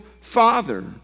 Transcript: father